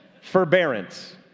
Forbearance